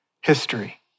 history